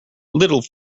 little